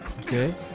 Okay